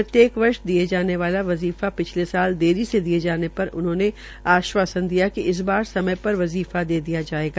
प्रत्येक वर्ष दियेजाने वाले वजीफा पिछले साल देरी से दिये जाने पर उन्होंने आश्वासन दिया कि इस बार समय पर वजीफा दिया जायेगा